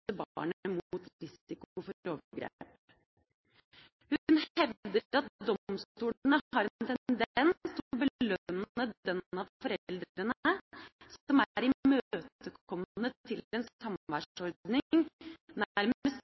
mot risiko for overgrep. Hun hevder at domstolene har en tendens til å belønne den av foreldrene som er imøtekommende til en